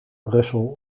brussel